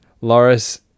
Loris